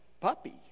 puppy